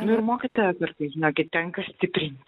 nu ir mokytoją kartais žinokit tenka stiprint